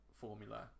formula